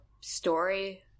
story